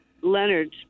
Leonard